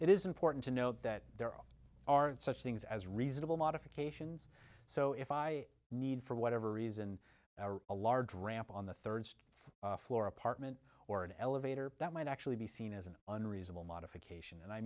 it is important to note that there aren't such things as reasonable modifications so if i need for whatever reason a large ramp on the third floor apartment or an elevator that might actually be seen as an unreasonable modification and i